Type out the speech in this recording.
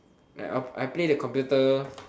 like I'll I'll play the computer